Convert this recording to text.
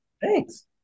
Thanks